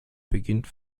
beginnt